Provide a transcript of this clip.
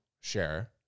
share